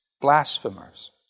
Blasphemers